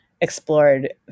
explored